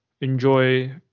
enjoy